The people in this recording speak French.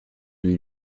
eut